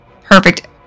perfect